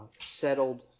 settled